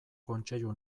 kontseilu